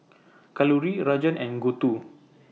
Kalluri Rajan and Gouthu